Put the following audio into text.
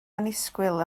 annisgwyl